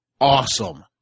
awesome